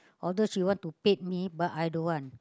although she want to paid me but I don't want